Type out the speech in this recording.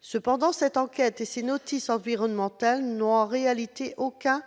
Cependant, cette enquête et ces notices environnementales n'ont en réalité aucune